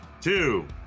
two